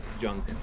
junk